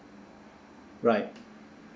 right